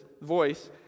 voice